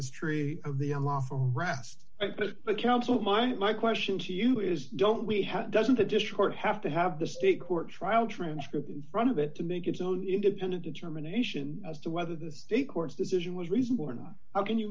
tree of the unlawful arrest but counsel my my question to you is don't we have doesn't it just short have to have the state or trial transcript in front of it to make its own independent determination as to whether the state court's decision was reasonable or not how can you